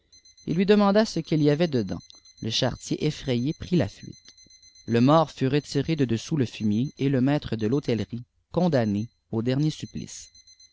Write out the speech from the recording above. il lui demanda ce qu'il y avait édans le charretier effrayé prit la fuite le mort fut retiré de dessous le fumier et le maître de thôtellerie condamné au dernier supplice